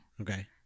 Okay